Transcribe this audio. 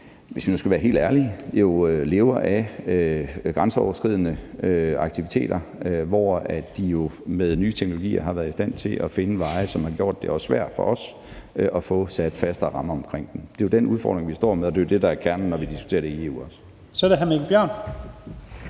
hvis vi skal være helt ærlige, lever af grænseoverskridende aktiviteter, hvor de jo med ny teknologi har været i stand til at finde veje, som har gjort, at det var svært for os at få sat faste rammer omkring dem. Det er jo den udfordring, vi står med, og det er også det, der er kernen, når vi diskuterer det i EU. Kl. 15:10 Første næstformand